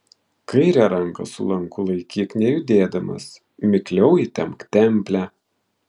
kairę ranką su lanku laikyk nejudėdamas mikliau įtempk templę